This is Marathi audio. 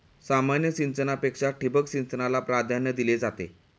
सामान्य सिंचनापेक्षा ठिबक सिंचनाला प्राधान्य दिले जाते